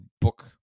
book